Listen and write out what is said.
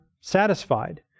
satisfied